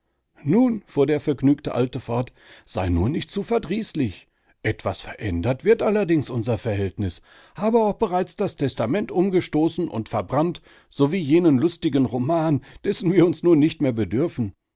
nun fuhr der vergnügte alte fort sei nur nicht zu verdrießlich etwas verändert wird allerdings unser verhältnis habe auch bereits das testament umgestoßen und verbrannt sowie jenen lustigen roman dessen wir nun nicht mehr bedürfen